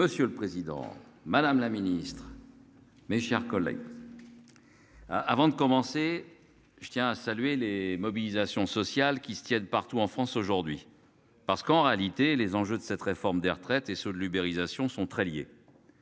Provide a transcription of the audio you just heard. Monsieur le Président Madame la Ministre. Mes chers collègues. Avant de commencer. Je tiens à saluer les mobilisations sociales qui se tiennent partout en France aujourd'hui. Parce qu'en réalité les enjeux de cette réforme des retraites et sur l'uberisation sont très liés.